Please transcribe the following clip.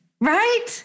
right